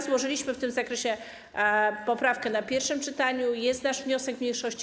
Złożyliśmy w tym zakresie poprawkę w czasie pierwszego czytania, jest nasz wniosek mniejszości.